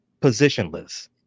positionless